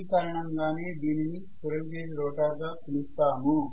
ఈ కారణం గానే దీనిని స్క్విరెల్ కేజ్ రోటర్ గా పిలుస్తాము